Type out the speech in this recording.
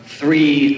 three